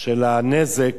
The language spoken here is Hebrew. של הנזק,